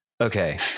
Okay